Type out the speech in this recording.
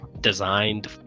designed